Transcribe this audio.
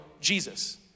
Jesus